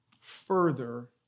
further